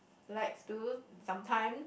likes to sometime